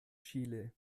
chile